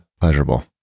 pleasurable